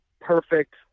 perfect